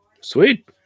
Sweet